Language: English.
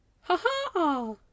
HA-HA